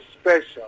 special